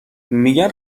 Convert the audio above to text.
میگن